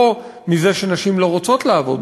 לא מזה שנשים לא רוצות לעבוד.